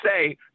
say